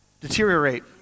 deteriorate